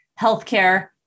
healthcare